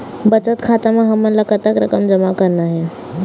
बचत खाता म हमन ला कतक रकम जमा करना हे?